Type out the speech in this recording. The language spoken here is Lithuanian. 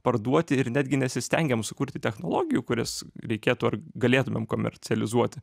parduoti ir netgi nesistengiam sukurti technologijų kurias reikėtų ar galėtumėm komercializuoti